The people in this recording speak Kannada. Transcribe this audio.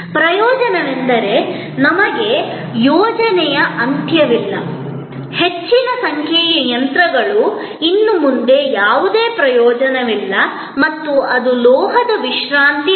ಪ್ರಯೋಜನವೆಂದರೆ ನಮಗೆ ಯೋಜನೆಯ ಅಂತ್ಯವಿಲ್ಲ ಹೆಚ್ಚಿನ ಸಂಖ್ಯೆಯ ಯಂತ್ರಗಳು ಇನ್ನು ಮುಂದೆ ಯಾವುದೇ ಪ್ರಯೋಜನವಿಲ್ಲ ಮತ್ತು ಅದು ಲೋಹದ ವಿಶ್ರಾಂತಿ ರಾಶಿಯಾಗಿ ಮಾರ್ಪಟ್ಟಿದೆ